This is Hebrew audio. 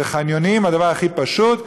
מיליארד ו-430 מיליון.